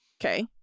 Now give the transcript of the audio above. Okay